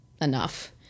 enough